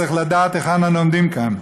צריך לדעת היכן אנו עומדים כאן.